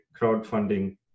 crowdfunding